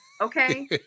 Okay